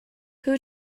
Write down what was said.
who